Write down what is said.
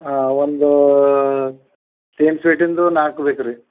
ಹಾಂ ಒಂದು ಸೇಮ್ ಫೀಟ್ಟಿಂದು ನಾಲ್ಕು ಬೇಕು ರೀ